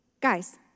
Guys